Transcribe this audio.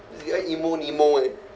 this guy emo nemo eh